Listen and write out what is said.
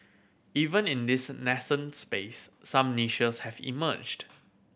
even in this nascent space some niches have emerged